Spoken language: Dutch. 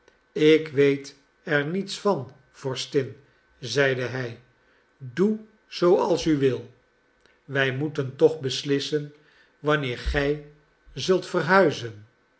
ik weet er niets van vorstin zeide hij doe zooals u wil wij moeten toch beslissen wanneer gij zult verhuizen